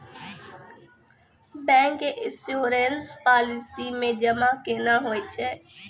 Bank के insurance policy मे जमा केना होय छै?